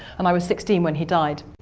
and i was sixteen when he died.